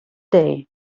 day